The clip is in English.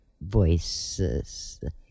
voices